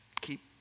keep